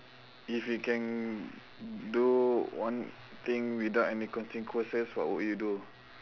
if you can do one thing without any consequences what would you do